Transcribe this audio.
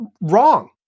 wrong